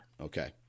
Okay